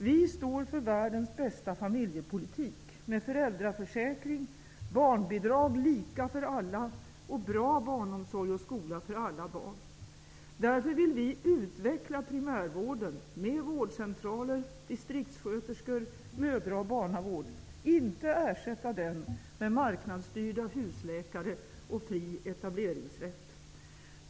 Vi står för världens bästa familjepolitik, med föräldraförsäkring, barnbidrag lika för alla, och bra barnomsorg och skola för alla barn. Därför vill vi utveckla primärvården -- med vårdcentraler, distriktssköterskor, mödra och barnavård -- inte ersätta den med marknadsstyrda husläkare och fri etableringsrätt.